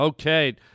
Okay